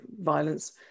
violence